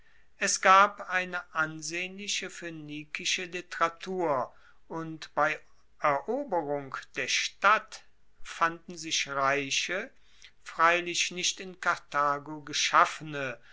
es gab eine ansehnliche phoenikische literatur und bei eroberung der stadt fanden sich reiche freilich nicht in karthago geschaffene